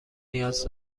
نیاز